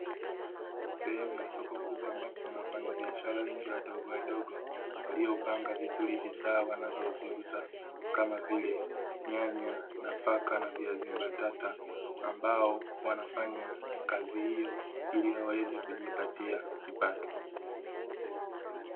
Sehemu ya soko kubwa ambapo pana wafanyabiashara wengi wadogowadogo waliopanga vizuri bidhaa wanazoziuza, kama vile: nyanya, nafaka na viazi mbatata; ambao wanafanya kazi hiyo ili waweze kujipatia kipato.